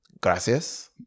Gracias